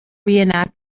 reenact